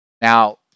Now